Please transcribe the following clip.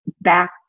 back